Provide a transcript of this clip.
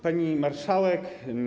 Pani Marszałek!